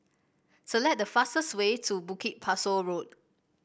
select the fastest way to Bukit Pasoh Road